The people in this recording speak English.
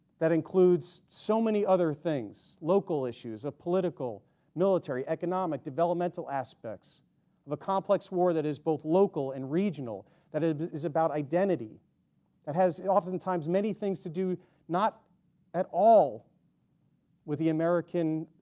that includes so many other things local issues of political military, economic, developmental aspects of a complex war that is both local and regional that ah is about identity that has oftentimes many things to do not at all with the american